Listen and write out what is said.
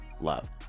love